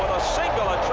single, a